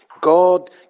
God